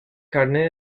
carne